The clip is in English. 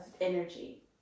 energy